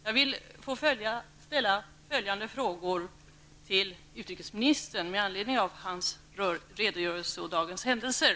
Jag vill ställa följande frågor till utrikesministern med anledning av hans redogörelse och dagens händelser.